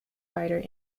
fighter